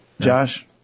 Josh